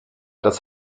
das